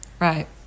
Right